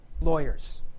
lawyers